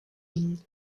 ligne